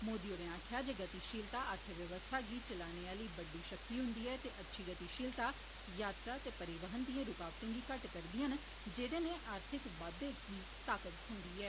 मोदी होरें आक्खेआ जे गतिशीलता अर्थ व्यवस्था गी चलाने आह्ली बड्डी शक्ति हुन्दी ऐ ते अच्छी गतिशीलता यात्रा ते परिवहन दिएं रुकावटें गी घड्ड करदियां न जेदे ने आर्थिक बाद्वे गी ताकत मिलदी ऐ